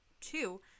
Two